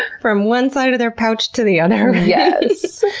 from one side of their pouch to the other! yes!